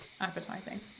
advertising